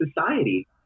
society